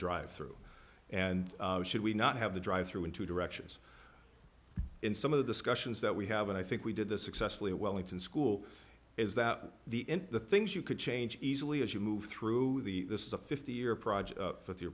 drive through and should we not have the drive through in two directions in some of the sky sions that we have and i think we did this successfully a wellington school is that the end the things you could change easily as you move through the this is a fifty year project with you